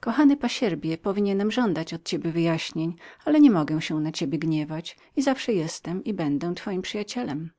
kochany pasierbie słowa twoje wymagają pewnego objaśnienia ale ja niemogę się gniewać na ciebie i zawsze jestem i będę twoim przyjacielem